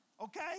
Okay